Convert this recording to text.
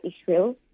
Israel